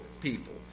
people